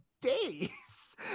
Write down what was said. days